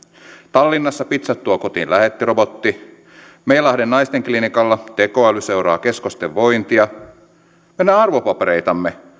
tallinnassa pizzat tuo kotiin lähettirobotti meilahden naistenklinikalla tekoäly seuraa keskosten vointia meidän arvopapereitamme